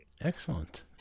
Excellent